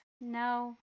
no